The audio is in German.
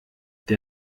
der